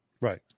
right